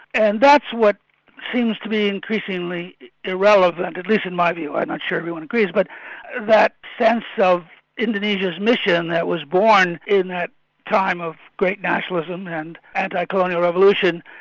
and that's what seems to be increasingly irrelevant, at least in my view, i'm not sure everyone agrees. but that sense of indonesia's mission that was born in that time of great nationalism and anti-colonial revolution,